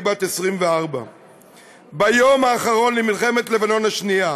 והיא בת 24. ביום האחרון למלחמת לבנון השנייה,